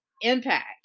Impact